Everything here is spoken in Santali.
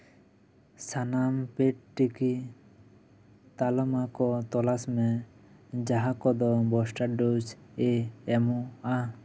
ᱥᱟᱱᱟᱢ ᱯᱮᱰ ᱴᱤᱠᱟᱹ ᱛᱟᱞᱢᱟ ᱠᱚ ᱛᱚᱞᱟᱥ ᱢᱮ ᱡᱟᱦᱟᱸ ᱠᱚᱫᱚ ᱵᱩᱥᱴᱟᱨ ᱰᱳᱡ ᱮ ᱮᱢᱚᱜᱼᱟ